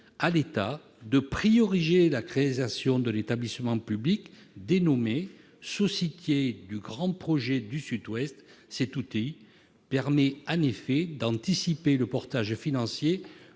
l'État crée par priorité un établissement public dénommé Société du Grand projet du Sud-Ouest. Cet outil permettrait en effet d'anticiper le portage financier